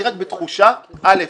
אני רק בתחושה, א'